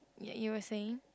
ya you are saying